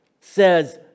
says